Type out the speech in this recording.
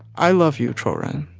i love you, tro jen